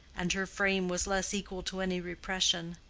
and her frame was less equal to any repression.